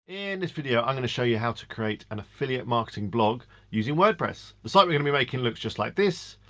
in this video, i'm gonna show you how to create an affiliate marketing blog using wordpress. the site we're gonna be making looks just like this,